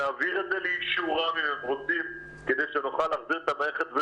נעביר את זה לאישורם אם הם רוצים כדי שנוכל להחזיר את המערכת,